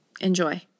Enjoy